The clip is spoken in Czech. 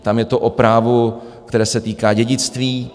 Tam je to o právu, které se týká dědictví.